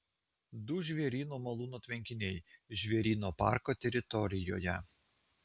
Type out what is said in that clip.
du žvėryno malūno tvenkiniai žvėryno parko teritorijoje